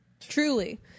Truly